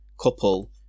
couple